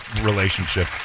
relationship